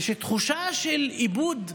יש תחושה של איבוד ביטחון,